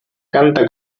canta